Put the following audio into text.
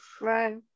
right